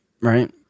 right